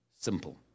simple